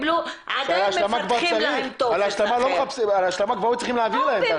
הרי על ההשלמה כבר היו צריכים להעביר להן.